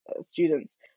students